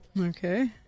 Okay